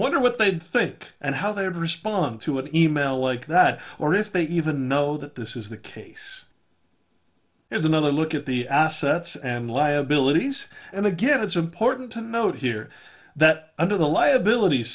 wonder what they'd think and how they would respond to an email like that or if they even know that this is the case here's another look at the assets and liabilities and again it's important to note here that under the liabilit